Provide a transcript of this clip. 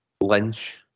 Lynch